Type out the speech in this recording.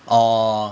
orh orh orh